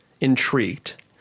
intrigued